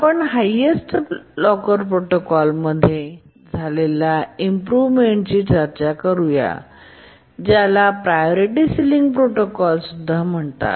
आपण highest locker protocol मध्ये झालेल्या इम्प्रोव्हमेंट्सची चर्चा करूया ज्याला प्रायोरिटी सिलिंग प्रोटोकॉल सुद्धा म्हणतात